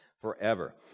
forever